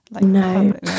no